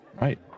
Right